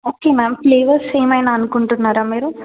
okay ma'am flavours ఏమైనా అనుకుంటున్నారా మీరు